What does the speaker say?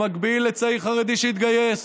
במקביל לצעיר חרדי שהתגייס,